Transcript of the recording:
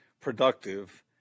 productive